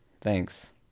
Thanks